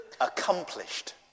accomplished